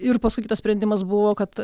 ir paskui kitas sprendimas buvo kad